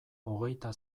hogeita